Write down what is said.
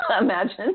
imagine